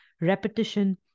Repetition